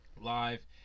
live